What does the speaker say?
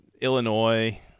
illinois